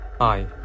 Hi